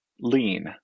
lean